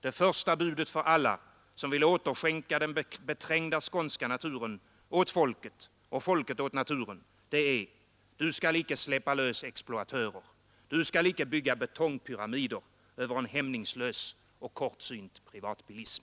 Det första budet för alla som vill återskänka den beträngda skånska naturen åt folket och folket åt naturen, det är: ”Du skall icke släppa lös exploatörer. Du skall icke bygga betongpyramider över en hämningslös och kortsynt privatbilism.”